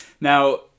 Now